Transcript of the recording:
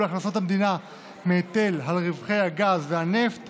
הכנסות המדינה מההיטל על רווחי הגז והנפט